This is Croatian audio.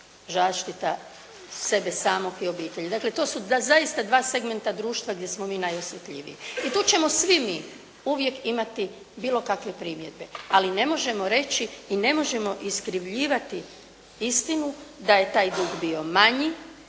zaštita, sebe samoga i obitelji. Dakle, to su dva zaista segmenta društva gdje smo mi najosjetljiviji. I tu ćemo svi mi uvijek imati bilo kakve primjedbe, ali ne možemo reći i ne možemo iskrivljivati istinu, da je taj dug bio manji.